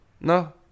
no